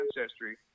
ancestry